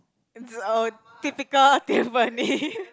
it's a typical timpani